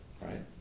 right